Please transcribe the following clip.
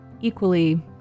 equally